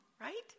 right